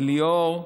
אליאור,